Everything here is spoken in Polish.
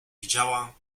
wiedziała